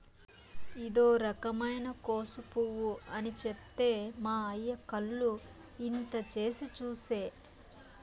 ఇదో రకమైన కోసు పువ్వు అని చెప్తే మా అయ్య కళ్ళు ఇంత చేసి చూసే